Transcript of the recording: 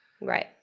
right